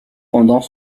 pendant